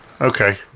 okay